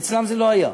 אצלם זה לא היה,